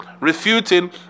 Refuting